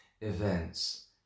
events